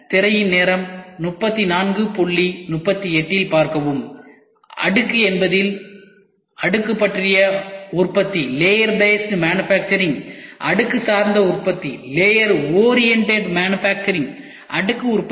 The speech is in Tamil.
திரையின் நேரம 3438 இல் பார்க்கவும் அடுக்கு என்பதில் அடுக்கு பற்றிய உற்பத்தி அடுக்கு சார்ந்த உற்பத்தி அடுக்கு உற்பத்தி